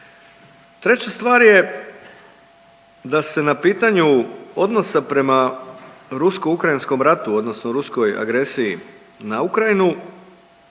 Treća stvar je da se na pitanju odnosa prema rusko-ukrajinskom ratu odnosno ruskoj agresiji na Ukrajinu